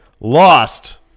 lost